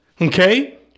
okay